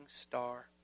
star